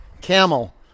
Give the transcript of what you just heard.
Camel